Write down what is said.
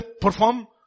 perform